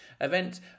event